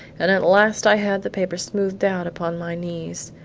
and at last i had the paper smoothed out upon my knees.